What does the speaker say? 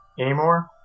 anymore